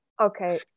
okay